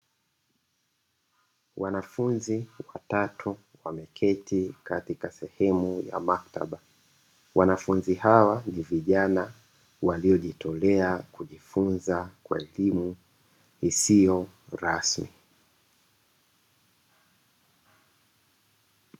Wanafunzi watatu wameketi katika sehemu ya maktaba, wanafunzi hawa ni vijana waliojitotelea kujifunza kwa elimu isiyo rasmi.